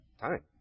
time